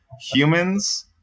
humans